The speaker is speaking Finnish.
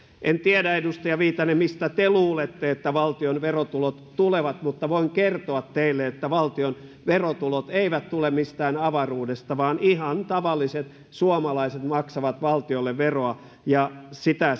en tiedä edustaja viitanen mistä te luulette että valtion verotulot tulevat mutta voin kertoa teille että valtion verotulot eivät tule mistään avaruudesta vaan ihan tavalliset suomalaiset maksavat valtiolle veroa ja sitä